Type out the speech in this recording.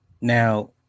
Now